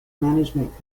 management